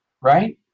right